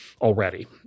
already